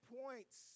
points